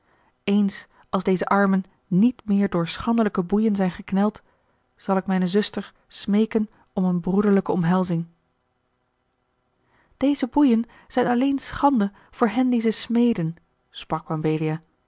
eens als deze armen niet meer door schandelijke boeien zijn gekneld zal ik mijne zuster smeeken om eene broederlijke omhelzing deze boeien zijn alleen schande voor hen die ze smeedden sprak mabelia